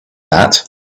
that